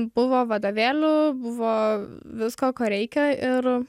buvo vadovėlių buvo visko ko reikia ir